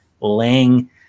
laying